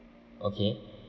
okay